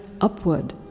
upward